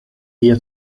via